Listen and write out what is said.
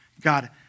God